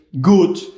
good